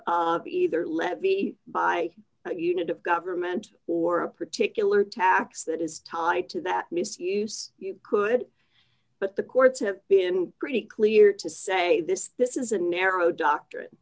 e either levy by a unit of government or a particular tax that is tied to that misuse you could but the courts have been pretty clear to say this this is a narrow doctrine